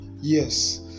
Yes